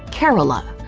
kerala.